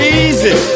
easy